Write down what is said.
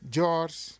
George